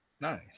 Nice